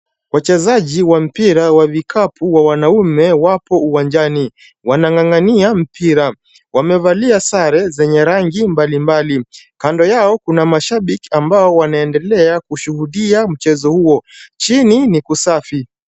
Wachezaji wa mpira wa vikapu wa wanaume wapo uwanjani. Wanang'ang'ania mpira. Wamevalia sare zenye rangi mbalimbali. kando yao kuna mashabiki ambao wanaendelea kushuhudia mchezo huo, chini ni kusafi.